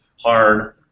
hard